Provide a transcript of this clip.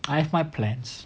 I have my plans